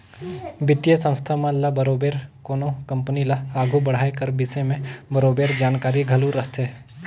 बित्तीय संस्था मन ल बरोबेर कोनो कंपनी ल आघु बढ़ाए कर बिसे में बरोबेर जानकारी घलो रहथे